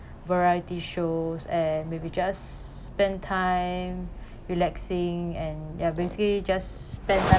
variety shows and maybe just spend time relaxing and ya basically just spend time